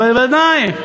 בוודאי.